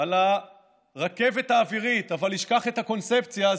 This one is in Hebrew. על הרכבת האווירית אבל ישכח את הקונספציה,